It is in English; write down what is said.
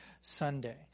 Sunday